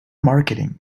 marketing